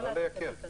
לא לייקר.